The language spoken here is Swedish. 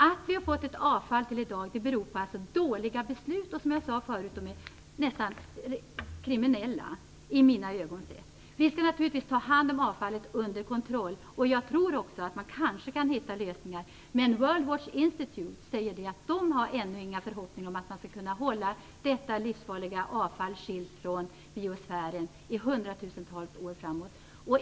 Att vi har fått ett avfallsproblem i dag beror på dåliga - nästan kriminella, i mina ögon sett - beslut. Vi skall naturligtvis ta hand om avfallet under kontroll. Jag tror också att man kanske kan hitta lösningar, men World Watch-institute medger att man ännu inte har några förhoppningar om att man skall kunna hålla detta livsfarliga avfall skilt från biosfären i hundratusentals år framöver.